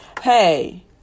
hey